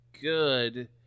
good